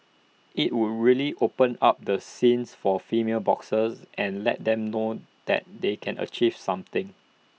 IT would really open up the scenes for female boxers and let them know that they can achieve something